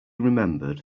remembered